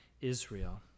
israel